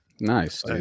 Nice